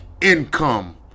income